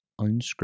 unscripted